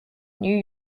new